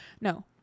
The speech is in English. no